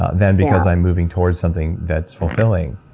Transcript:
ah than because i'm moving towards something that's fulfilling.